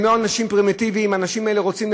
הם לא אנשים פרימיטיביים, האנשים האלה רוצים לקבל,